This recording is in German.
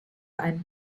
einen